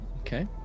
Okay